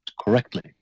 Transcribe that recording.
correctly